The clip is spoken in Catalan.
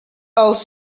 els